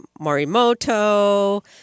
morimoto